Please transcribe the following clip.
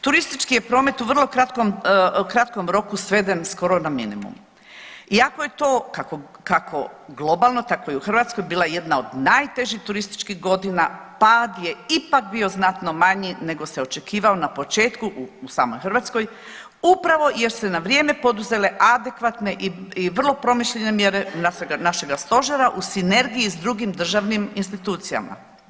Turistički je promet u vrlo kratkom roku sveden skoro na minimum, iako je to kako globalno tako i u Hrvatskoj bila jedna od najtežih turističkih godina, pad je ipak bio znatno manji nego se očekivao na početku u samoj Hrvatskoj, upravo jer su se na vrijeme poduzele adekvatne i vrlo promišljene mjere našega stožera u sinergiji s drugim državnim institucijama.